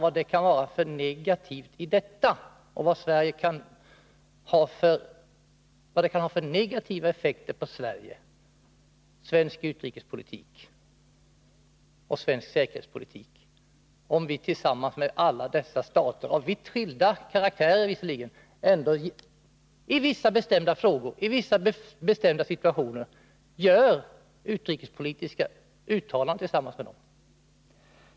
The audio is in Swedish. Vad kan det vara för negativt i dessa bindningar, och vilka negativa effekter kan det ha på Sverige, på svensk utrikespolitik och på svensk säkerhetspolitik, om vi i Sverige tillsammans med alla dessa stater — av vitt skilda karaktärer, visserligen —i vissa bestämda frågor och i vissa bestämda situationer gör gemensamma utrikespolitiska uttalanden?